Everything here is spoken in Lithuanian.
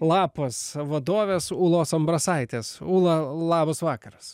lapas vadovės ūlos ambrasaitės ūla labas vakaras